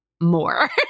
more